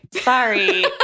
sorry